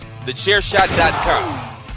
Thechairshot.com